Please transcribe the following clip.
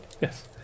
Yes